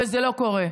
זה לא קורה.